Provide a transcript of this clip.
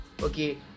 okay